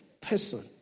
person